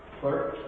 clerk